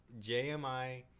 JMI